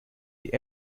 die